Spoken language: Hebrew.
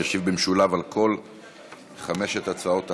הוא ישיב במשולב על כל חמש הצעות החוק,